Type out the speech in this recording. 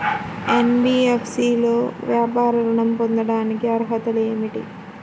NBFC లో వ్యాపార ఋణం పొందటానికి అర్హతలు ఏమిటీ?